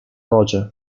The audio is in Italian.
noce